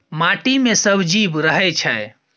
माटि मे सब जीब रहय छै